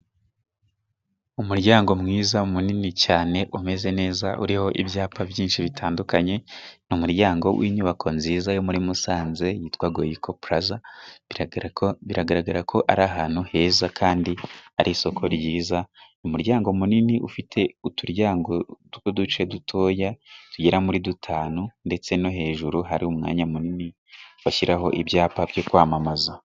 Umuryango mwiza munini cyane, umeze neza, uriho ibyapa byinshi bitandukanye, ni umuryango w'inyubako nziza yo muri Musanze yitwa goyiko puraza, biragaragara ko ari ahantu heza, kandi hari isoko ryiza, ni umuryango munini ufite uturyango tw'uduce dutoya, tugera muri dutanu ndetse no hejuru hari umwanya munini bashyiraho ibyapa byo kwamamaza.